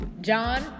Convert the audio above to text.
John